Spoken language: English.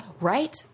Right